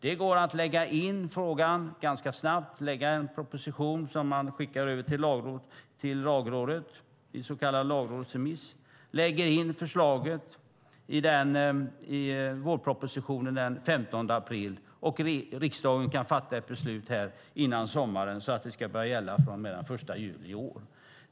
Det går att lägga in frågan ganska snabbt, lägga fram en proposition som man skickar över till Lagrådet för en så kallad lagrådsremiss och lägga in förslaget i vårpropositionen den 15 april. Riksdagen kan då fatta ett beslut före sommaren, så att det kan börja gälla från och med den 1 juli i år.